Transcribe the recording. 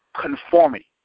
conformity